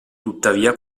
tuttavia